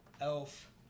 Elf